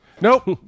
Nope